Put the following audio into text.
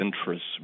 interests